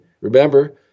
Remember